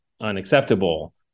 unacceptable